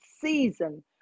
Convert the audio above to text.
season